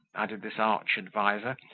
added this arch adviser,